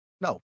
No